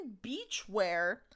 beachwear